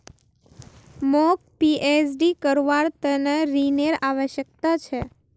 मौक पीएचडी करवार त न ऋनेर आवश्यकता छ